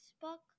book